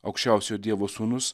aukščiausiojo dievo sūnus